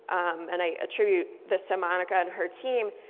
and i attribute this to monica and her team,